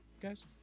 guys